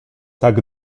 tak